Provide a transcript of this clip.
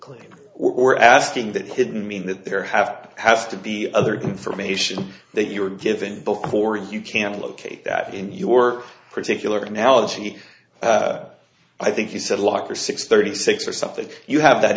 claim we're asking that could mean that there have to has to be other information that you were given before you can locate that in your particular analogy i think you said locker six thirty six or something you have that